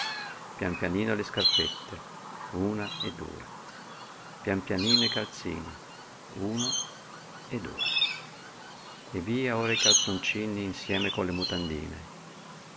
pian pianino le scarpette una e due pian pianino i calzini uno e due e via ora i calzoncini insieme con le mutandine